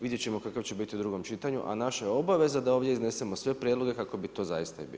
Vidjet ćemo kakav će biti u drugom čitanju, a naša je obaveza da ovdje iznesemo sve prijedloge kako bi to zaista i bio.